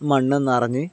മണ്ണും നറഞ്ഞ്